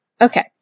Okay